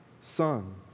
son